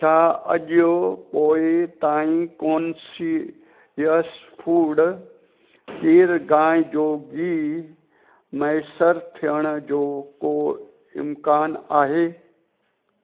छा अॼु पोइ ताईं कॉन्सियस फ़ूड गिर गांइ जो गिहु मुयसरु थियण जो को इम्कानु आहे